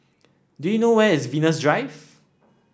do you know where is Venus Drive